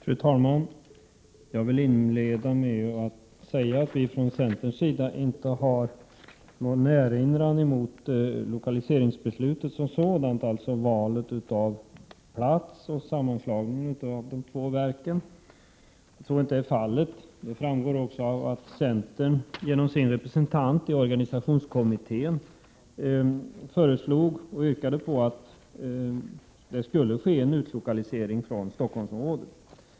Fru talman! Jag vill inleda med att säga att centern inte har någonting emot lokaliseringsbeslutet som sådant, dvs. valet av plats och sammanslagningen av de två verken. Detta framgår också av att centern genom sin representant i organisationskommittén yrkade på en utlokalisering från Stockholmsområdet.